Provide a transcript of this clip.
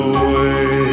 away